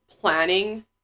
planning